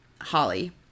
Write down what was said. Holly